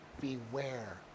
beware